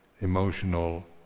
emotional